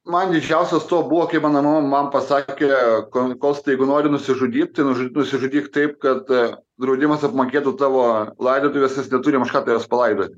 man didžiausias to buvo kaip mano mama man pasakė ko kostai jeigu nori nusižudyt nusižudyk taip kad draudimas apmokėtų tavo laidotuves nes neturim už ką tavęs palaidot